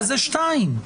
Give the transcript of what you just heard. זה פסקה (2).